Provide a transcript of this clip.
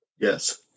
Yes